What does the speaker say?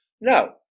Now